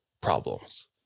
problems